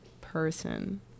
person